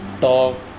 Talk